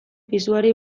pisuari